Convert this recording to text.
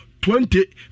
twenty